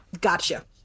gotcha